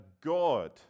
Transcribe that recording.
God